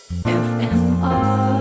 FMR